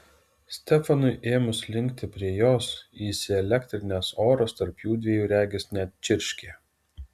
stefanui ėmus linkti prie jos įsielektrinęs oras tarp jųdviejų regis net čirškė